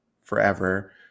forever